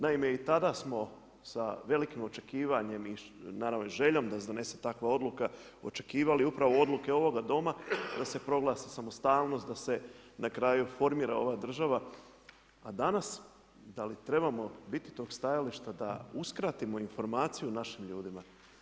Naime i tada smo sa velikim očekivanjem i naravno željom da se donese takva odluka očekivali upravo odluke ovoga Doma da se proglasi samostalnost, da se na kraju formira ova država, a danas da li trebamo biti tog stajališta da uskratimo informaciju našim ljudima.